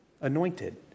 Anointed